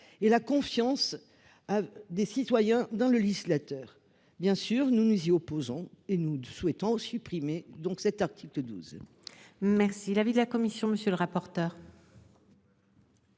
et la confiance des citoyens dans le législateur. Bien sûr, nous nous y opposons et nous souhaitons supprimer cet article 12. Quel est l'avis de la commission ? L'adoption